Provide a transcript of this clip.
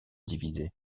divisée